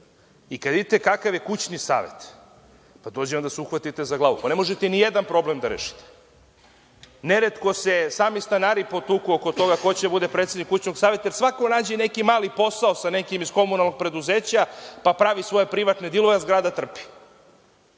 i kad vidite kakav je kućni savet, dođe vam da se uhvatite za glavu. Ne možete nijedan problem da rešite. Neretko se sami stanari oko toga ko će da bude predsednik kućnog saveta, jer svako nađe neki mali posao sa nekim iz komunalnog preduzeća pa pravi svoja privatne dilove, a zgrada trpi.